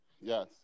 Yes